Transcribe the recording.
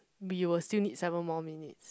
we will still need seven more minutes